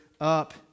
up